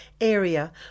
area